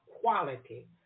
quality